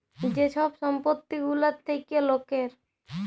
যে ছব সম্পত্তি গুলা থ্যাকে লকের